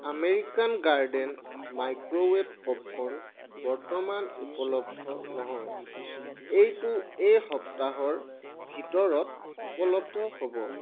American garden microwave popcorn বৰ্তমান উপলব্ধ নহয় এইটো এই সপ্তাহৰ ভিতৰত ঊপলব্ধ হ'ব